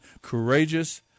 Courageous